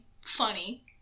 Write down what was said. funny